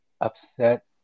upset